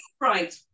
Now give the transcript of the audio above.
Right